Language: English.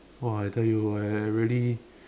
!wah! I tell you I really